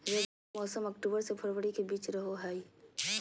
रबी के मौसम अक्टूबर से फरवरी के बीच रहो हइ